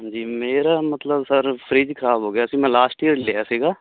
ਹਾਂਜੀ ਮੇਰਾ ਮਤਲਬ ਸਰ ਫਰਿੱਜ ਖਰਾਬ ਹੋ ਗਿਆ ਸੀ ਮੈਂ ਲਾਸਟ ਏਅਰ ਲਿਆ ਸੀਗਾ